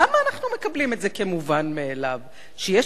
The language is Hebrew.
למה אנחנו מקבלים את זה כמובן מאליו שיש